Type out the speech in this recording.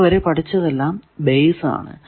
ഇതുവരെ പഠിച്ചതെല്ലാം ബേസ് ആണ്